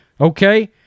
okay